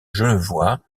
genevois